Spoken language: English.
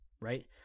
right